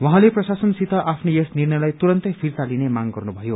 उहाँले प्रशासन सित आफ्नो यस निर्णयलाई तुरन्तै फिर्ता लिने माग गर्नुभयो